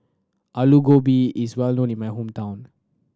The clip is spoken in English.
Alu Gobi is well known in my hometown